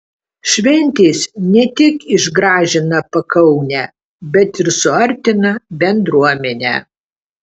šventės ne tik išgražina pakaunę bet ir suartina bendruomenę